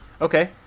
Okay